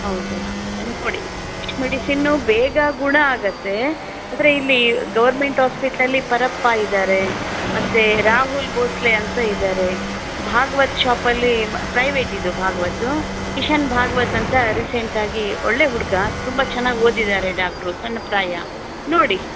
ಹೌದಾ ನೋಡಿ ಮೆಡಿಸಿನ್ನು ಬೇಗ ಗುಣ ಆಗತ್ತೆ ಆದರೆ ಇಲ್ಲಿ ಗೌರ್ಮೆಂಟ್ ಹಾಸ್ಪಿಟ್ಲಲ್ಲಿ ಪರಪ್ಪ ಇದ್ದಾರೆ ಮತ್ತು ರಾಹುಲ್ ಭೋಸ್ಲೆ ಅಂತ ಇದ್ದಾರೆ ಭಾಗ್ವತ್ ಶಾಪಲ್ಲಿ ಪ್ರೈವೇಟ್ ಇದು ಭಾಗ್ವತು ಕಿಶನ್ ಭಾಗ್ವತ್ ಅಂತ ರೀಸೆಂಟಾಗಿ ಒಳ್ಳೆಯ ಹುಡುಗ ತುಂಬ ಚೆನ್ನಾಗಿ ಓದಿದ್ದಾರೆ ಡಾಕ್ಟ್ರು ಸಣ್ಣ ಪ್ರಾಯ ನೋಡಿ